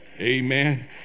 Amen